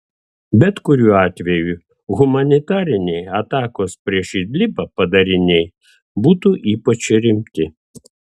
bet kuriuo atveju humanitariniai atakos prieš idlibą padariniai būtų ypač rimti